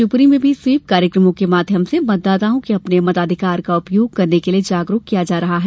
शिवपुरी में भी स्वीप कार्यकमों के माध्यम से मतदाताओं को अपने मताधिकार का उपयोग करने के लिये जागरूक किया जा रहा है